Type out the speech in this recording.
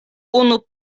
unu